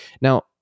Now